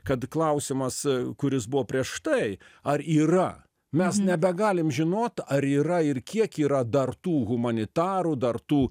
kad klausimas kuris buvo prieš tai ar yra mes nebegalim žinot ar yra ir kiek yra dar tų humanitarų dar tų